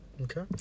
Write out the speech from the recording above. Okay